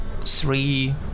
three